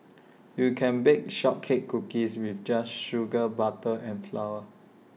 you can bake Shortbread Cookies with just sugar butter and flour